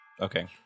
Okay